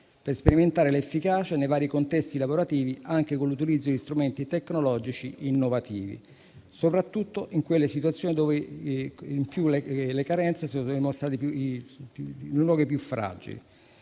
per sperimentare l'efficacia nei vari contesti lavorativi anche con l'utilizzo di strumenti tecnologici innovativi, soprattutto in quelle situazioni dove più vi sono state più carenze e nei luoghi più fragili.